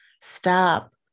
stop